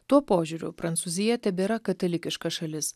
tuo požiūriu prancūzija tebėra katalikiška šalis